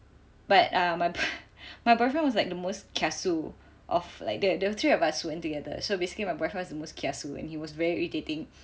but err my my boyfriend was like the most kiasu of like the there were three of us went together so basically my boyfriend was the most kiasu and he was very irritating